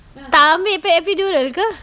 tak ambil epidural ke